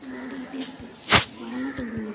ஓடிக்கிட்டே இருக்குது வரமாட்டேகிது